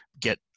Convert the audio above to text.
get